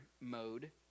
mode